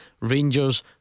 Rangers